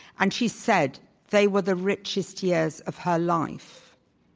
and she said they were the richest years of her life.